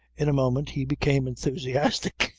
in a moment he became enthusiastic.